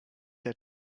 der